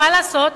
מה לעשות?